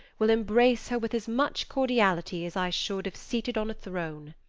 will embrace her with as much cordiality as i should if seated on a throne.